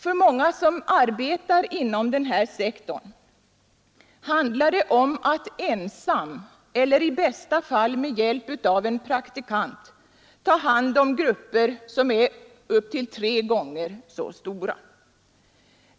För många som arbetar inom den här sektorn handlar det om att ensam eller i bästa fall med hjälp av en praktikant ta hand om grupper som är upp till tre gånger så stora.